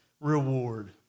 reward